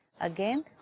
Again